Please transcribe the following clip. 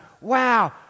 wow